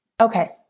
Okay